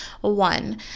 one